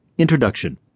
Introduction